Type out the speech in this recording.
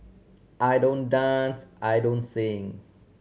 I don't dance I don't sing